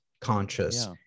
conscious